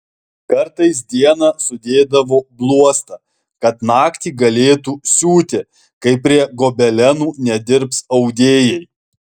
kartais dieną sudėdavo bluostą kad naktį galėtų siūti kai prie gobelenų nedirbs audėjai